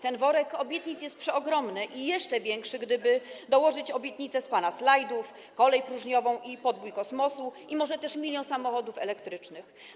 Ten worek obietnic jest przeogromny i byłby jeszcze większy, gdyby dołożyć obietnice z pana slajdów: kolej próżniową, podbój kosmosu i może też 1 mln samochodów elektrycznych.